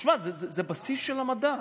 תשמע, זה הבסיס של המדע.